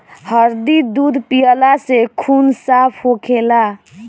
हरदी दूध पियला से खून साफ़ होखेला